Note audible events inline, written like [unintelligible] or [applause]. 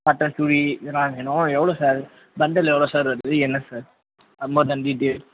cotton சுடி இதெல்லாம் வேணும் எவ்வளோ சார் பண்டல் எவ்வளோ சார் வருது என்ன சார் [unintelligible]